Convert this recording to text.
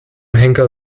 henker